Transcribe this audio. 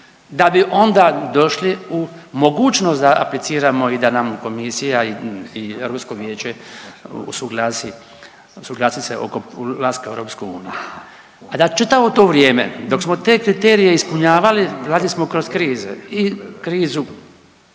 da bi onda došli u mogućnost da apliciramo i da nam komisija i Europsko vijeće usuglasi, usuglasi se oko ulaska u EU. A da čitavo to vrijeme dok smo te kriterije ispunjavali radili smo kroz krize i krizu